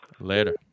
Later